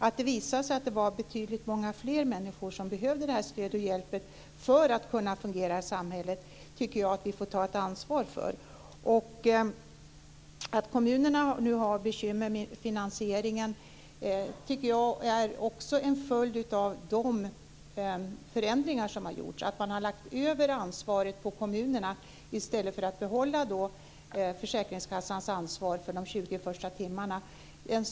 Att det visade sig att det var betydligt fler människor som behövde stöd och hjälp av det slaget för att kunna fungera i samhället tycker jag att vi får ta ett ansvar för. Att kommunerna nu har bekymmer med finansieringen menar jag också är en följd av de förändringar som har gjorts. Man har lagt över ansvaret på kommunerna i stället för att behålla försäkringskassans ansvar för de 20 första timmarna.